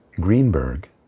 Greenberg